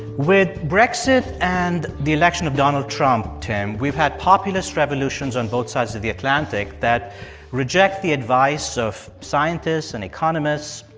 with brexit and the election of donald trump, tim, we've had populist revolutions on both sides of the atlantic that reject the advice of scientists and economists,